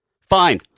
Fine